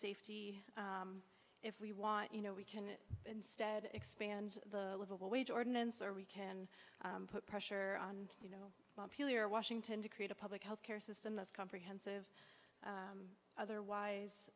safety if we want you know we can instead expand the livable wage ordinance or we can put pressure on you know washington to create a public health care system that's comprehensive otherwise